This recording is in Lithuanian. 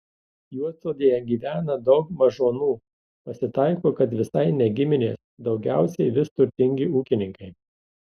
juodsodėje gyvena daug mažonų pasitaiko kad visai ne giminės daugiausiai vis turtingi ūkininkai